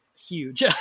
huge